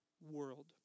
world